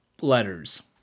letters